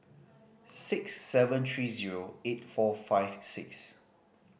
six seven three zero eight four five six